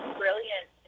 brilliant